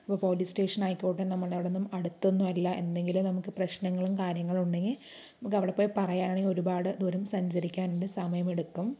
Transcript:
ഇപ്പോൾ police station ആയിക്കോട്ടെ നമ്മുടെ അവിടെ അടുത്തൊന്നും അല്ല എന്തെങ്കിലും നമുക്ക് പ്രശ്നങ്ങളും കാര്യങ്ങളും ഉണ്ടെങ്കിൽ നമുക്കവിടെ പോയി പറയാനാണെങ്കിൽ ഒരുപാട് ദൂരം സഞ്ചരിക്കാനുണ്ട് സമയമെടുക്കും